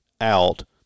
out